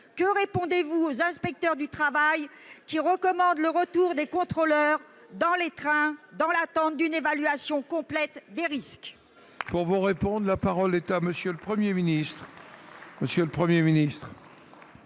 que répondez-vous aux inspecteurs du travail, qui recommandent le retour des contrôleurs dans les trains, dans l'attente d'une évaluation complète des risques ? La parole est à M. le Premier ministre. Madame la présidente